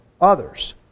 others